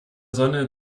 sonne